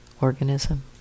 organism